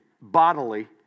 bodily